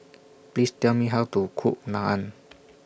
Please Tell Me How to Cook Naan